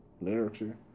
literature